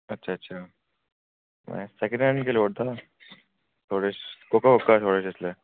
अच्छा अच्छा में सैकन हैंड गै लोड़दा हा थुआढ़े श कोह्का कोह्का थुआढ़े श इसलै